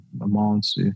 amounts